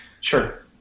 Sure